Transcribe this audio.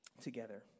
together